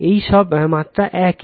এই সব মাত্রা একই